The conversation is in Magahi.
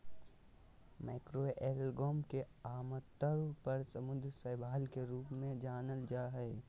मैक्रोएल्गे के आमतौर पर समुद्री शैवाल के रूप में जानल जा हइ